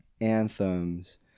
Anthems